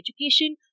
education